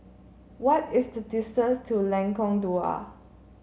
what is the distance to Lengkong Dua